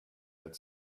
had